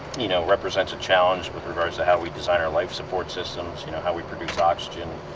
you know represents a challenge with regards to how we design our life support systems, you know how we produce oxygen,